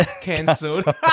cancelled